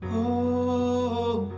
oh